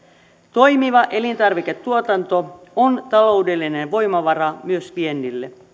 toimiva elintarviketuotanto on taloudellinen voimavara myös viennille